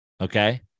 Okay